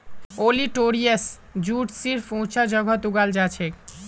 olitorius jute सिर्फ ऊंचा जगहत उगाल जाछेक